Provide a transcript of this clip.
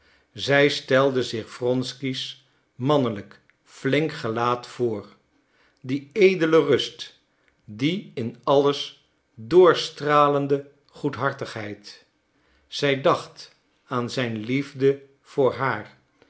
zij stelde zich wronsky's mannelijk flink gelaat voor die edele rust die in alles doorstralende goedhartigheid zij dacht aan zijn liefde voor haar